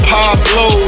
Pablo